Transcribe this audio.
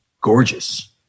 gorgeous